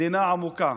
מדינה עמוקה.